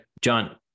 john